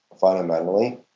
fundamentally